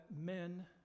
men